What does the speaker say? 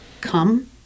come